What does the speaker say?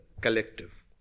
collective